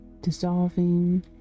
dissolving